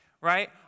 right